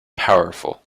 powerful